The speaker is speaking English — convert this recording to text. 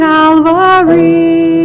Calvary